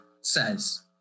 says